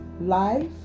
Life